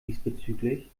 diesbezüglich